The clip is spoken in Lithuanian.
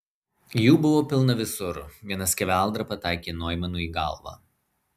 jų buvo pilna visur viena skeveldra pataikė noimanui į galvą